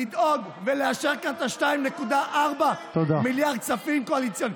לדאוג ולאשר כאן את ה-2.4 מיליארד כספים קואליציוניים.